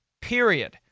Period